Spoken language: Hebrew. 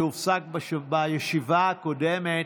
שהופסק בישיבה הקודמת,